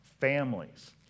Families